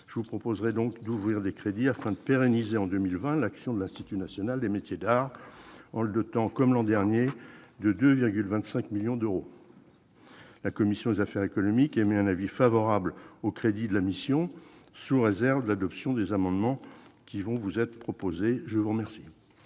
Je vous proposerai donc d'ouvrir des crédits afin de pérenniser en 2020 l'action de l'Institut national des métiers d'art en le dotant, comme l'an dernier, de 2,25 millions d'euros. La commission des affaires économiques émet un avis favorable à l'adoption des crédits de la mission, sous réserve du vote des amendements qui vont vous être proposés. La parole